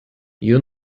you